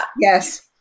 Yes